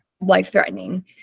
life-threatening